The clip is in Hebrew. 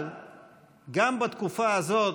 אבל גם בתקופה הזאת,